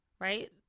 right